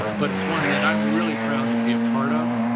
but it's one that i'm really proud to be a part of,